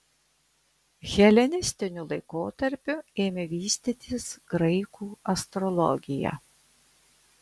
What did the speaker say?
helenistiniu laikotarpiu ėmė vystytis graikų astrologija